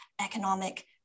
economic